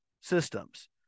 systems